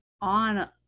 on